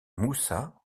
moussa